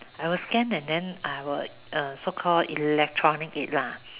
I will scan and then I will uh so called electronic it lah